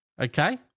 okay